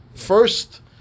First